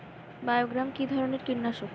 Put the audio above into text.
বায়োগ্রামা কিধরনের কীটনাশক?